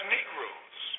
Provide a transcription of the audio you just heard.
Negroes